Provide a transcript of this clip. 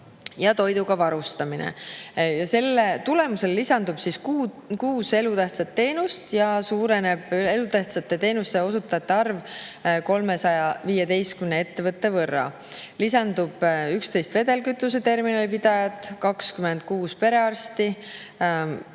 ja toiduga varustamine. Selle tulemusel lisandub kuus elutähtsat teenust ja suureneb elutähtsate teenuste osutajate arv 315 ettevõtte võrra. Lisandub 11 vedelkütuse terminali pidajat, 26 perearsti